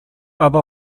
other